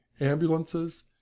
ambulances